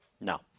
No